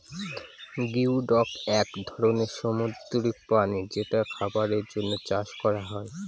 geoduck এক ধরনের সামুদ্রিক প্রাণী যেটা খাবারের জন্য চাষ করা হয়